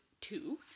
two